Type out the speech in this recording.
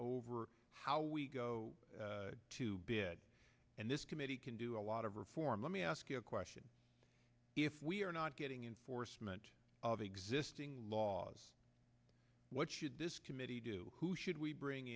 over how we go to bed and this committee can do a lot of reform let me ask you a question if we are not getting in force meant of existing laws what should this committee do who should we bring